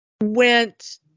went